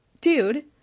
dude